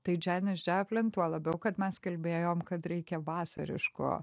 tai džanis džaplin tuo labiau kad mes kalbėjom kad reikia vasariško